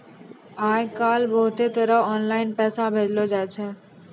आय काइल बहुते तरह आनलाईन पैसा भेजलो जाय छै